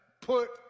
Put